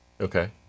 okay